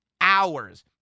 hours